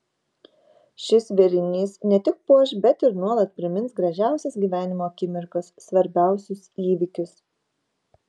šis vėrinys ne tik puoš bet ir nuolat primins gražiausias gyvenimo akimirkas svarbiausius įvykius